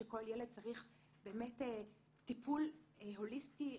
שכל ילד צריך באמת טיפול הוליסטי רחב,